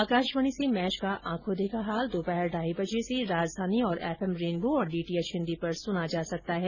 आकाशवाणी से मैच का आंखों देखा हाल ढाई बजे से राजधानी और एम एम रेनबो तथा डीटीएच हिंदी पर सुना जा सकता है